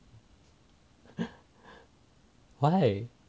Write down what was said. why